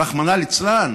רחמנא ליצלן.